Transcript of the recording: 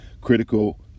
critical